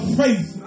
faith